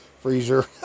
freezer